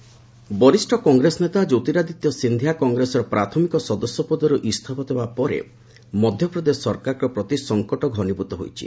Scindia resigns ବରିଷ୍ଣ କଂଗ୍ରେସ ନେତା ଜ୍ୟୋତିରାଦିତ୍ୟ ସିନ୍ଧିଆ କଂଗ୍ରେସର ପ୍ରାଥମିକ ସଦସ୍ୟ ପଦର୍ ଇଞ୍ଜଫା ଦେବା ପରେ ମଧ୍ୟପ୍ରଦେଶ ସରକାରଙ୍କ ପ୍ରତି ସଂକଟ ଘନୀଭୂତ ହୋଇଛି